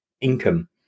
income